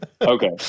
Okay